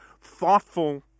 thoughtful